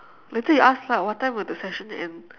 later you ask lah what time will the session end